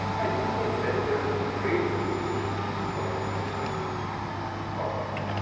i do think that there is a great suspicion of the profit motive in public.